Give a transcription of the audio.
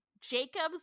jacob's